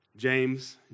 James